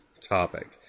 topic